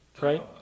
right